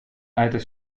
altes